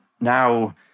now